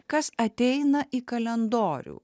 kas ateina į kalendorių